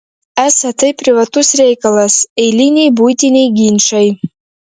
esą tai privatus reikalas eiliniai buitiniai ginčai